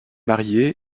marié